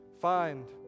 find